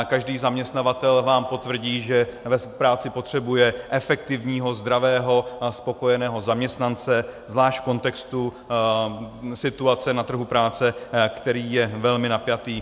Každý zaměstnavatel vám potvrdí, že v práci potřebuje efektivního, zdravého a spokojeného zaměstnance, zvlášť v kontextu situace na trhu práce, který je velmi napjatý.